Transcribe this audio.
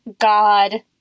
God